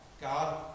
God